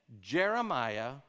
Jeremiah